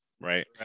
right